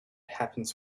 happens